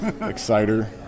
Exciter